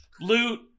loot